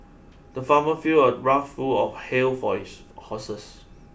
the farmer filled a trough full of hay for his horses